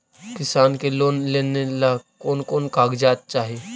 किसान के लोन लेने ला कोन कोन कागजात चाही?